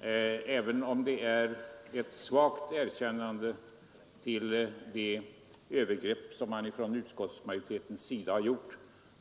Även om det är ett svagt erkännande av det övergrepp som man från utskottsmajoritetens sida har gjort